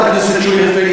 חברת הכנסת שולי רפאלי,